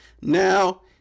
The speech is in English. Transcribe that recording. Now